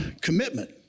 commitment